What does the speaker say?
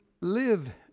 live